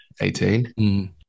18